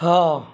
ହଁ